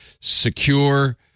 Secure